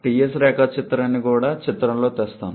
Ts రేఖాచిత్రాన్ని కూడా చిత్రంలోకి తెస్తాను